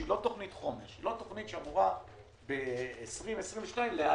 שהיא לא תוכנית חומש היא לא תוכנית שאמורה ב-2022 להיעלם,